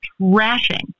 trashing